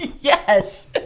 Yes